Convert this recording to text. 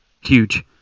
huge